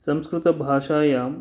संस्कृतभाषायां